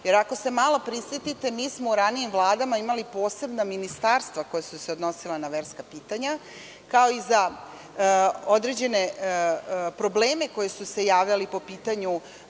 jer ako se malo prisetite, mi smo u ranijim vladama imali posebna ministarstva koja su se odnosila na verska pitanja, kao i za određene probleme koji su se javljali po pitanju